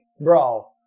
bro